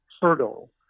hurdle